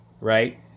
Right